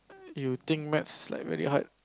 you think maths is like very hard